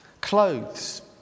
Clothes